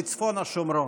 בצפון השומרון.